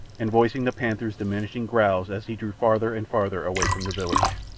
and voicing the panther's diminishing growls as he drew farther and farther away from the village.